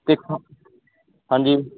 ਹਾਂਜੀ